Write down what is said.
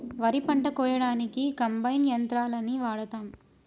వరి పంట కోయడానికి కంబైన్ యంత్రాలని వాడతాం